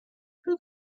plus